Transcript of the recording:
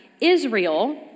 Israel